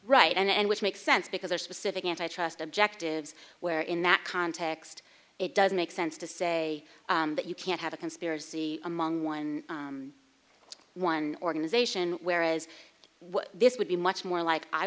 right and which makes sense because there are specific antitrust objectives where in that context it doesn't make sense to say that you can't have a conspiracy among one one organization whereas what this would be much more like i